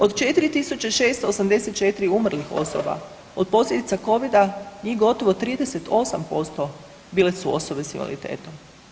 Od 4 684 umrlih osoba od posljedica Covida, njih gotovo 38% bile su osobe s invaliditetom.